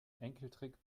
enkeltrick